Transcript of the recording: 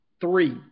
three